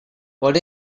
what